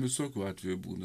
visokių atvejų būna